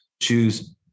choose